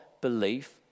belief